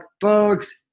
books